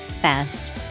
fast